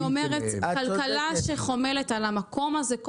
כלכלה שחומלת על המקום הזה,